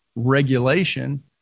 Regulation